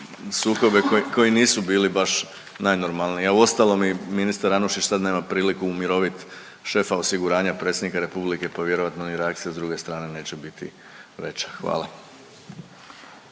sukobe koji nisu bili baš najnormalniji. A uostalom i ministar Anušić sad nema priliku umirovit šefa osiguranja predsjednika Republike pa vjerojatno je i reakcija s druge strane neće biti veća. Hvala.